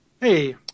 Hey